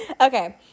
Okay